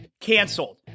canceled